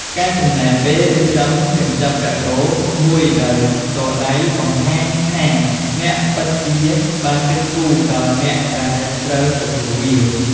ការចំណាយពេលរៀបចំកញ្ចប់កាដូមួយដោយផ្ទាល់ដៃ បង្ហាញថាអ្នកពិតជាបានគិតគូរពីអ្នកដែលត្រូវទទួលវា។